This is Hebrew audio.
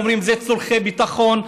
אומרים: זה לצורכי ביטחון,